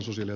kiitos